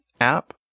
app